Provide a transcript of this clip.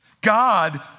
God